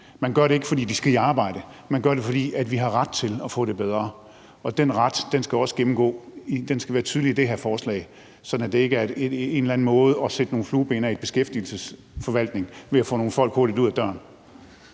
Man gør det ikke, fordi de skal i arbejde; man gør det, fordi vi har ret til at få det bedre, og den ret skal også være tydelig i det her forslag, så det ikke bliver en eller anden måde, hvorpå man kan sætte nogle flueben i beskæftigelsesforvaltningen ved at få nogle folk hurtigt ud ad døren.